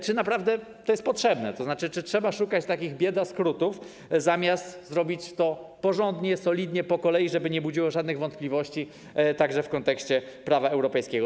Czy to naprawdę jest potrzebne, tzn. czy trzeba szukać takich biedaskrótów, zamiast zrobić to porządnie, solidnie, po kolei, żeby nie budziło to żadnych wątpliwości, także w kontekście prawa europejskiego?